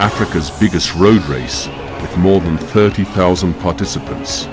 africa's biggest road race with more than thirty thousand participants